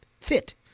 Fit